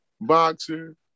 boxer